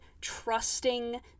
trusting